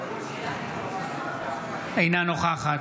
אינה נוכחת